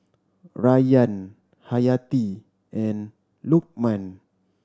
Rayyan Hayati and Lukman